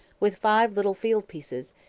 with five little field-pieces,